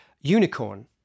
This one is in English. Unicorn